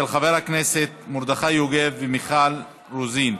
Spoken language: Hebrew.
של חברי הכנסת מרדכי יוגב ומיכל רוזין.